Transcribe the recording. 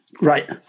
Right